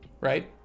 right